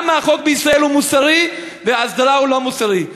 למה החוק בישראל הוא מוסרי וההסדרה לא מוסרית?